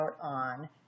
on